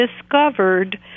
discovered